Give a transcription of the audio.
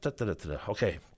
Okay